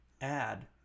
add